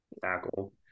tackle